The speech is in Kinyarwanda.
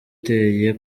uteye